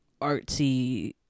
artsy